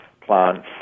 plants